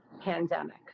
Pandemic